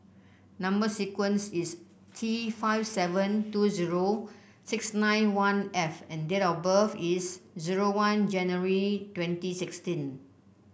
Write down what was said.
number sequence is T five seven two zero six nine one F and date of birth is zero one January twenty sixteen